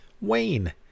Wayne